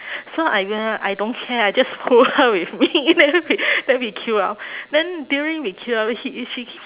so I went up I don't care I just pull her with me later we then we queue up then during we queue up she she keeps